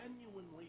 genuinely